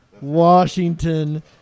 washington